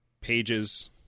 pages